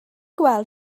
gweld